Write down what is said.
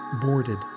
boarded